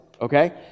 Okay